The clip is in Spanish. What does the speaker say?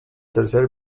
tercer